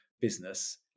business